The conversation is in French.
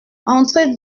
entrez